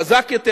חזק יותר,